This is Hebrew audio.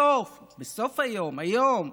בסוף היום, היום,